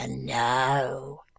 no